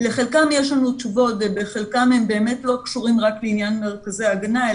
לחלקם יש לנו תשובות ובחלקם הם באמת לא קשורים רק לעניין מרכזי ההגנה,